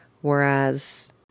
Whereas